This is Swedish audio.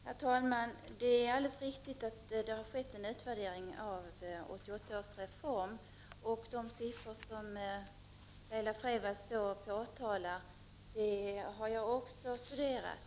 Herr talman! Det är alldeles riktigt att det har gjorts en utvärdering av 1988 års reform. De siffror som Laila Freivalds anför har jag också studerat.